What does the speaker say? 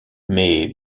mais